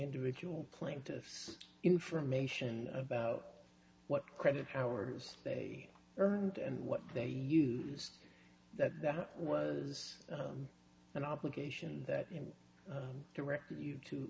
individual plaintiffs information about what credit hours they earned and what they used that that was an obligation that in direct you to